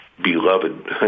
beloved